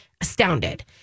astounded